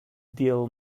deal